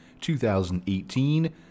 2018